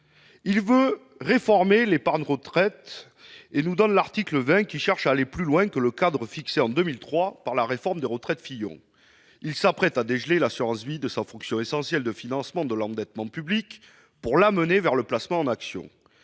veut réformer l'épargne retraite, ce qui nous offre l'article 20, qui cherche à aller plus loin que le cadre fixé en 2003 par la réforme des retraites de François Fillon. Il s'apprête à séparer l'assurance vie de sa fonction essentielle de financement de l'endettement public, pour le conduire vers le placement en actions.